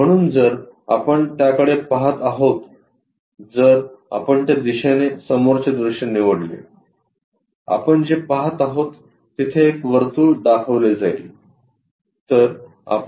म्हणून जर आपण त्याकडे पहात आहोत जर आपण त्या दिशेने समोरचे दृश्य निवडले आपण जे पाहत आहोत तिथे हे वर्तुळ दाखवले जाईल